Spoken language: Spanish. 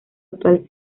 actual